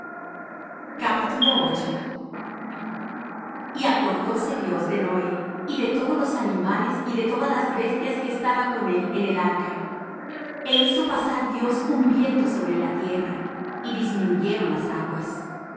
y acordose dios de noé y de todos los animales y de todas las bestias que estaban con él en el arca é hizo pasar dios un viento sobre la tierra y disminuyeron las aguas